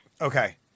Okay